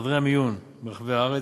חדרי המיון, ברחבי הארץ.